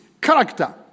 character